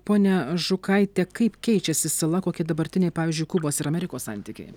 ponia žukaite kaip keičiasi sala kokie dabartiniai pavyzdžiui kubos ir amerikos santykiai